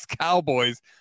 Cowboys